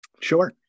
Sure